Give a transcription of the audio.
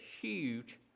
huge